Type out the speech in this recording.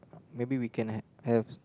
maybe we can have